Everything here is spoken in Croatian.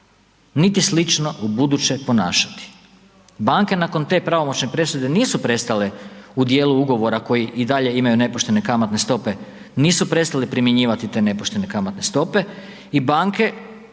niti slično ubuduće ponašati, banke nakon te pravomoćne presude nisu prestale u dijelu ugovora koji i dalje imaju nepoštene kamatne stope, nisu prestale primjenjivati te nepoštene kamatne stope i banke